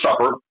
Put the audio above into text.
Supper